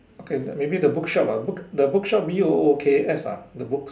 okay maybe the book shop ah book the book shop B O O K S ah the books